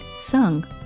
sung